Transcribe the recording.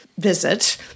visit